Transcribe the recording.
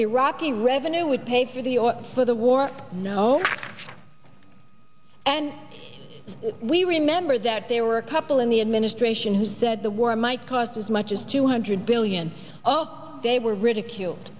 iraqi revenue would pay for the or for the war no and we remember that there were a couple in the administration who said the war might cost as much as two hundred billion of they were ridiculed